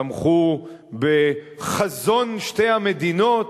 תמכו בחזון שתי המדינות,